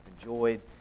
enjoyed